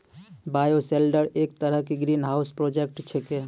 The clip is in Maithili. बायोशेल्टर एक तरह के ग्रीनहाउस प्रोजेक्ट छेकै